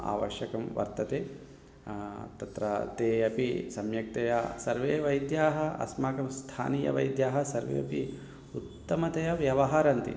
आवश्यकं वर्तते तत्र ते अपि सम्यक्तया सर्वे वैद्याः अस्माकं स्थानीयवैद्याः सर्वे अपि उत्तमतया व्यवहरन्ति